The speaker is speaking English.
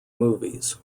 movies